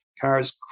cars